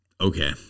Okay